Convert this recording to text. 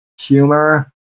humor